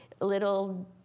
little